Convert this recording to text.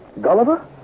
Gulliver